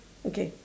okay